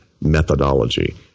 methodology